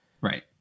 Right